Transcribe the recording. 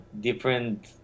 different